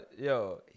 Yo